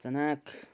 अचानक